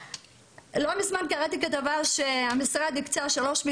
לא מזמן קראתי כתבה שהמשרד הקצה שלושה